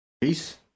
Peace